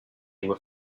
were